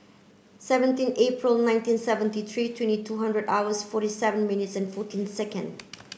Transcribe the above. seventeen April nineteen seventy three twenty two hundred hours forty seven minutes and fourteen second